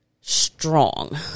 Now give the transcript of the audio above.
strong